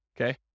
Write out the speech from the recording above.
Okay